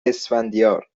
اسفندیار